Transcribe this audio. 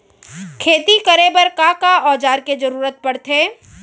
खेती करे बर का का औज़ार के जरूरत पढ़थे?